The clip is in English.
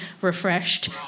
refreshed